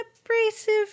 abrasive